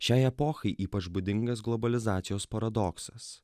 šiai epochai ypač būdingas globalizacijos paradoksas